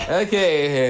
Okay